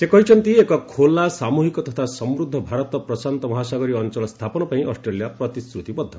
ସେ କହିଛନ୍ତି ଏକ ଖୋଲା ସାମ୍ଭହିକ ତଥା ସମୃଦ୍ଧ ଭାରତ ପ୍ରଶାନ୍ତମହାସାଗରୀୟ ଅଚଳ ସ୍ଥାପନ ପାଇଁ ଅଷ୍ଟ୍ରେଲିଆ ପ୍ରତିଶ୍ରତିବଦ୍ଧ